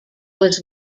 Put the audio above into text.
was